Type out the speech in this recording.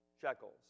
shekels